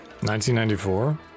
1994